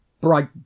bright